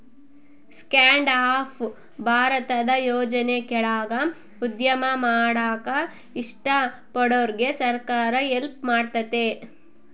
stand up ಭಾರತದ ಯೋಜನೆ ಕೆಳಾಗ ಉದ್ಯಮ ಮಾಡಾಕ ಇಷ್ಟ ಪಡೋರ್ಗೆ ಸರ್ಕಾರ ಹೆಲ್ಪ್ ಮಾಡ್ತತೆ